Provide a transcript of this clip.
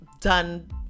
done